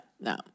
no